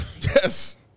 Yes